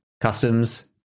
customs